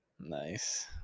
Nice